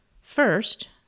First